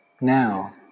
now